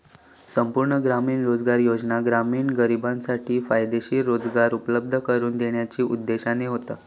संपूर्ण ग्रामीण रोजगार योजना ग्रामीण गरिबांसाठी फायदेशीर रोजगार उपलब्ध करून देण्याच्यो उद्देशाने होता